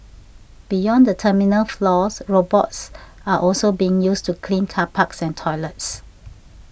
beyond the terminal floors robots are also being used to clean car parks and toilets